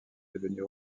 devenu